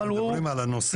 אבל אנחנו מדברים על הנושא.